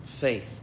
faith